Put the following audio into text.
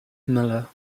miller